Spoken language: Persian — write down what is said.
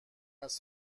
است